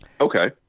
Okay